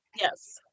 Yes